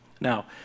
Now